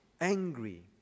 angry